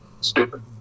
Stupid